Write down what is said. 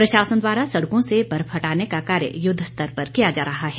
प्रशासन द्वारा सड़कों से बर्फ हटाने का कार्य युद्ध स्तर पर किया जा रहा है